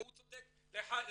והוא צודק לגמרי.